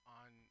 on